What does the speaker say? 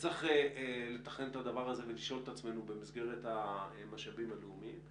וצריך לתכנן את הדבר הזה ולשאול את עצמנו במסגרת המשאבים הלאומיים.